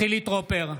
נגד חילי טרופר,